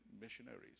missionaries